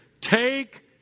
Take